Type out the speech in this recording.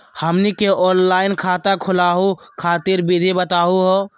हमनी के ऑनलाइन खाता खोलहु खातिर विधि बताहु हो?